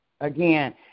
again